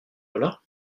dollar